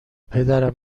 پدر